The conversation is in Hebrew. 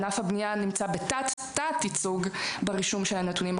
ענף הבנייה נמצא בתת-תת ייצוג ברישום של הנתונים.